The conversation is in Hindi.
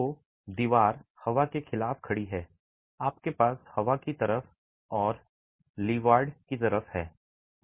तो दीवार हवा के खिलाफ खड़ी है आपके पास हवा की तरफ और लीवार्ड की तरफ है